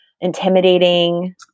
intimidating